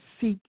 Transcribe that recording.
seek